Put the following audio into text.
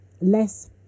less